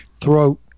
throat